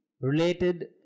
related